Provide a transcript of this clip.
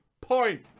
Point